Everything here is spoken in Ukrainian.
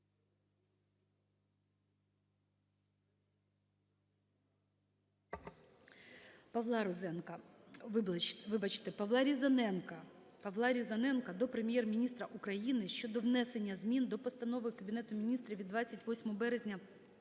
Павла Різаненка до Прем'єр-міністра України щодо внесення змін до Постанови Кабінету Міністрів від 28 березня